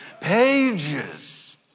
pages